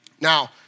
Now